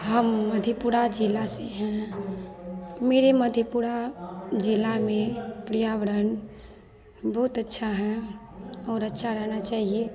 हम मधेपुरा ज़िले से हैं मेरे मधेपुरा ज़िले में पर्यावरण बहुत अच्छा है और अच्छा रहना चाहिए